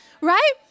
right